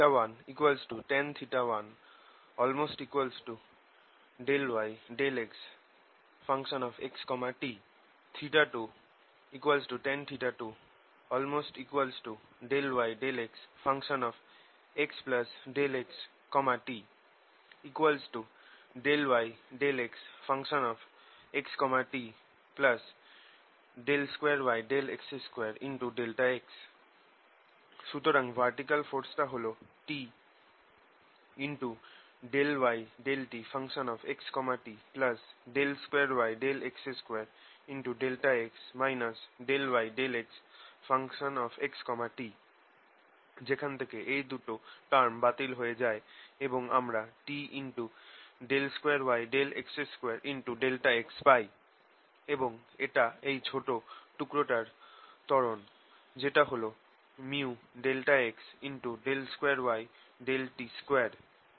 1tan1∂y∂xxt 2tan2∂y∂xx∆xt ∂y∂xxt 2yx2∆x সুতরাং vertical ফোরসটা হল T∂y∂txt 2yx2∆x ∂y∂xxt যেখান থেকে এই দুটো বাতিল হয়ে যায় এবং আমরা T2yx2∆x পাই এবং এটা এই ছোট টুকরোটার ত্বরণ যেটা হল µ∆x2yt2